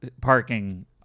parking